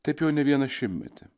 taip jau ne vieną šimtmetį